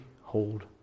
hold